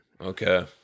okay